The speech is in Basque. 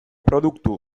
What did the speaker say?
produktu